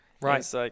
Right